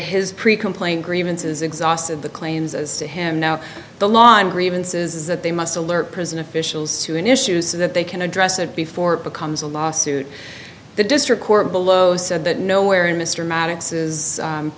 his pretty complete grievances exhausted the claims as to him now the lawn grievances that they must alert prison officials to an issue so that they can address it before it becomes a lawsuit the district court below said that nowhere in mr